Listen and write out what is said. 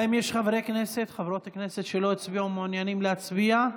חברי כנסת או חברות כנסת שלא הצביעו ומעוניינים להצביע?